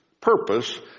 purpose